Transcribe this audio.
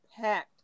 packed